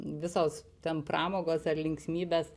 visos ten pramogos ar linksmybės